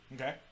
okay